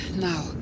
Now